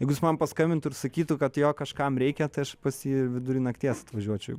jeigu jis man paskambintų ir sakytų kad jo kažkam reikia tai aš pas jį vidury nakties važiuočiau